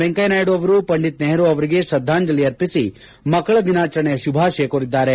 ವೆಂಕಯ್ಲನಾಯ್ಡು ಅವರು ಪಂಡಿತ್ ನೆಹರು ಅವರಿಗೆ ಶ್ರದ್ದಾಂಜಲಿ ಅರ್ಪಿಸಿ ಮಕ್ಕಳ ದಿನಾಚರಣೆಯ ಶುಭಾಶಯ ಕೋರಿದ್ದಾರೆ